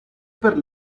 per